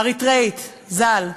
אריתריאית ז"ל,